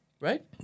right